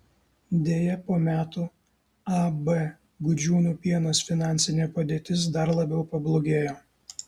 deja po metų ab gudžiūnų pienas finansinė padėtis dar labiau pablogėjo